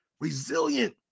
Resilient